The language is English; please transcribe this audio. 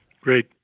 Great